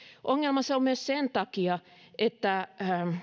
ongelma se on myös sen takia että